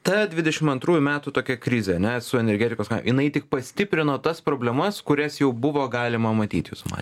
ta dvidešimt antrųjų metų tokia krizė na su energetikos jinai tik pastiprino tas problemas kurias jau buvo galima matyti jūsų ma